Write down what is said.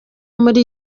muri